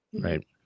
Right